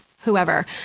whoever